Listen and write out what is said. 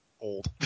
old